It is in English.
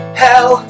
hell